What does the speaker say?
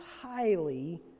highly